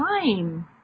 time